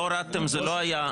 לא הורדתם, זה לא היה.